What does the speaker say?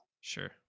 Sure